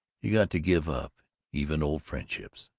you got to give up even old friendships.